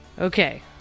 Okay